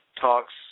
talks